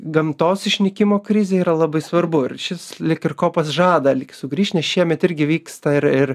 gamtos išnykimo krizė yra labai svarbu ir šis lyg ir kopas žada lyg sugrįš nes šiemet irgi vyksta ir ir